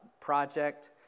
project